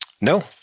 no